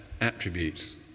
attributes